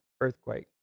earthquake